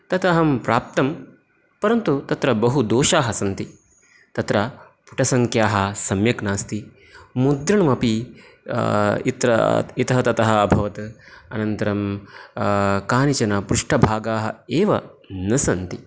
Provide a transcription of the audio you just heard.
तदहं प्राप्तं परन्तु तत्र बहु दोषाः सन्ति तत्र पुटसङ्ख्याः सम्यक् नास्ति मुद्रणमपि इत्र इतः ततः अभवत् अनन्तरं कानिचन पृष्टभागाः एव न सन्ति